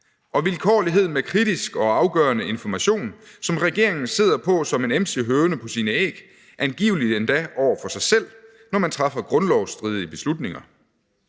Og vilkårlighed med kritisk og afgørende information, som regeringen sidder på som en emsig høne på sine æg, angiveligt endda over for sig selv, når man træffer grundlovsstridige beslutninger.